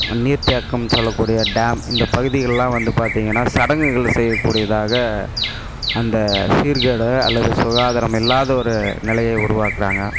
நீர்த்தேக்கம் சொல்லக்கூடிய டேம் இந்த பகுதிகள் எல்லாம் வந்து பார்த்தீங்கனா சடங்குகள் செய்யக்கூடியதாக அந்த சீர்கேடு அல்லது சுகாதாரம் இல்லாத ஒரு நிலையை உருவாக்கிறாங்க